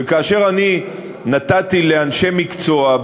וכאשר נתתי לאנשי מקצוע,